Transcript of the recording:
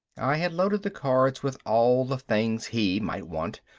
i had loaded the cards with all the things he might want,